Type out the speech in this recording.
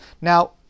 Now